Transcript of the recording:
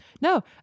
No